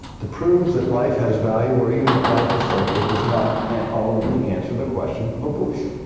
to prove that life has value or even that life is sacred does not and ultimately answer the question of abortion,